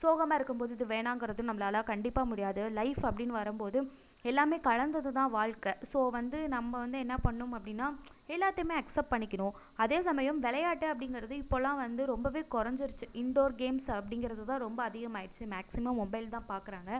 சோகமாக இருக்கும்போது இது வேணாங்கிறதும் நம்மளால் கண்டிப்பாக முடியாது லைஃப் அப்படின்னு வரும்போது எல்லாமே கலந்ததுதான் வாழ்க்கை ஸோ வந்து நம்ம வந்து என்ன பண்ணணும் அப்படின்னா எல்லாத்தையுமே அக்சப்ட் பண்ணிக்கணும் அதே சமயம் விளையாட்டு அப்படிங்கிறது இப்போதெல்லாம் வந்து ரொம்ப கொறைஞ்சிருச்சி இண்டோர் கேம்ஸ் அப்படிங்கிறதுதான் ரொம்ப அதிகமாகிடுச்சி மேக்சிமம் மொபைல் தான் பார்க்குறாங்க